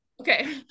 okay